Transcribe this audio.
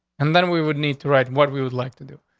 and then we would need to write what we would like to do.